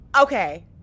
Okay